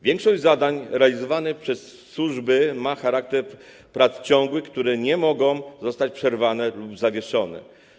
Większość zadań realizowanych przez służby ma charakter prac ciągłych, które nie mogą zostać przerwane lub zawieszone.